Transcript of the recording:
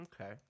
Okay